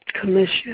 Commission